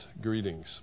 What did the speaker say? Greetings